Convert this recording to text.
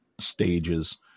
stages